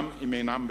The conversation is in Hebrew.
גם אם הם אינם בשפע.